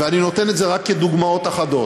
ואני נותן את זה רק כדוגמאות אחדות.